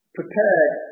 prepared